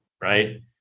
right